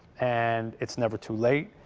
and it's never too late